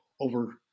over